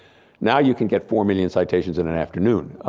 now you can get four million citations in an afternoon.